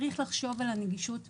צריך לחשוב על הנגישות מראש.